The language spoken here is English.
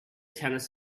tennis